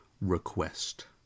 request